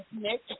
Nick